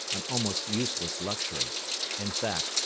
an almost useless luxury in fact,